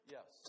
Yes